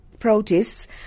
protests